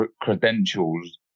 credentials